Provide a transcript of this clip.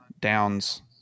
downs